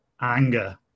Anger